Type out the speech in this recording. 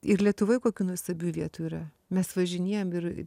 ir lietuvoj kokių nuostabių vietų yra mes važinėjam ir